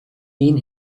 mean